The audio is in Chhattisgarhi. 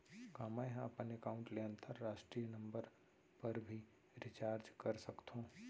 का मै ह अपन एकाउंट ले अंतरराष्ट्रीय नंबर पर भी रिचार्ज कर सकथो